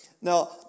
Now